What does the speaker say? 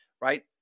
right